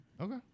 Okay